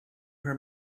her